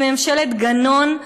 היא ממשלת גנון,